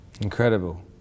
Incredible